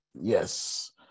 Yes